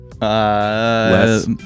less